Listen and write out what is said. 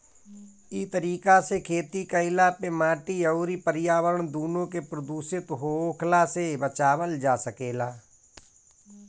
इ तरीका से खेती कईला पे माटी अउरी पर्यावरण दूनो के प्रदूषित होखला से बचावल जा सकेला